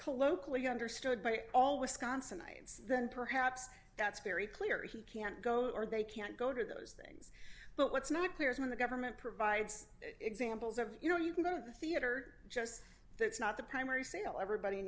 you understood by all wisconsinites then perhaps that's very clear he can't go or they can't go to those things but what's not clear is when the government provides examples of you know you can go to the theater just that's not the primary sale everybody